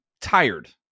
tired